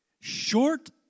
short